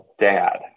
dad